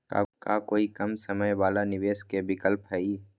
का कोई कम समय वाला निवेस के विकल्प हई?